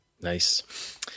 Nice